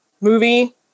movie